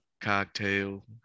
cocktail